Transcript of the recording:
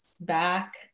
back